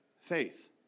faith